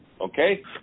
okay